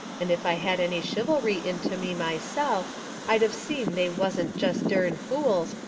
and if i had any chivalry into me myself i'd of seen they wasn't jest dern fools,